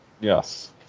Yes